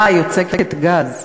אה, יוצקת גז.